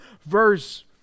verse